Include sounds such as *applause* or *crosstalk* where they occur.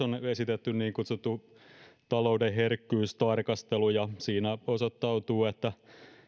*unintelligible* on esitetty niin kutsuttu talouden herkkyystarkastelu ja siinä osoittautuu että